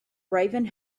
raven